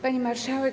Pani Marszałek!